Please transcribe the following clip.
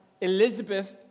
Elizabeth